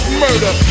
murder